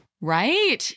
Right